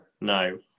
No